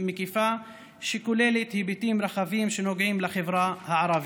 מקיפה שכוללת היבטים רחבים שנוגעים לחברה הערבית.